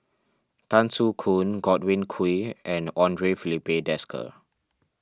Tan Soo Khoon Godwin Koay and andre Filipe Desker